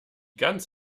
ganz